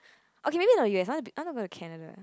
okay maybe not u_s I want~ I wanna go to Canada